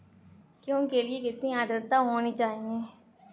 गेहूँ के लिए कितनी आद्रता होनी चाहिए?